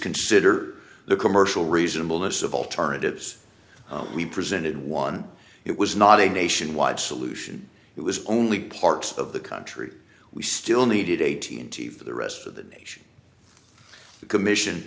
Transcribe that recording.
consider the commercial reasonableness of alternatives we presented one it was not a nationwide solution it was only part of the country we still needed a t and t for the rest of the nation the commission